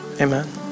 Amen